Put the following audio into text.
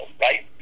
right